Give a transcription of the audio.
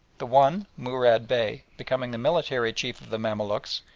the one, murad bey, becoming the military chief of the mamaluks,